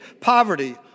poverty